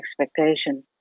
expectation